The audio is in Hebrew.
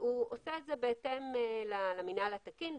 הוא עושה את זה בהתאם למינהל התקין,